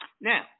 Now